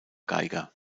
geiger